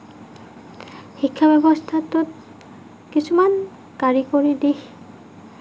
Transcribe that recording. শিক্ষা ব্যৱস্থাটোত কিছুমান কাৰিকৰী দিশ